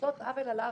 עושות עוול על עוול,